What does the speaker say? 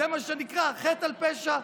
זה מה שנקרא חטא על פשע,